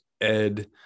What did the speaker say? Ed